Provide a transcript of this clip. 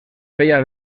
feia